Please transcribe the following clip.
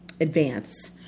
advance